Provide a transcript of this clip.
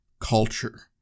culture